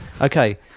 Okay